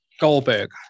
Goldberg